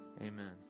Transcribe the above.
Amen